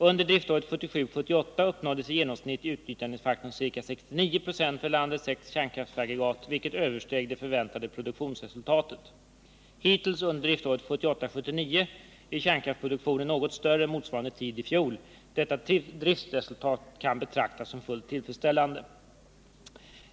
Under driftåret 1977 79 är kärnkraftsproduktionen något större än vid motsvarande tid i fjol. Detta driftresultat kan betraktas som fullt tillfredsställande.